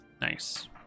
nice